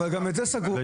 אבל גם את זה סגרו.